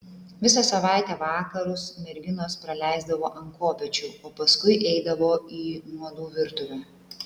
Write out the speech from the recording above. visą savaitę vakarus merginos praleisdavo ant kopėčių o paskui eidavo į nuodų virtuvę